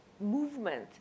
movement